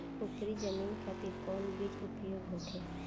उपरी जमीन खातिर कौन बीज उपयोग होखे?